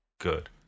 good